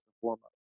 foremost